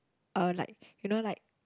uh like you know like